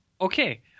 okay